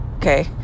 Okay